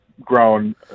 grown